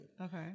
Okay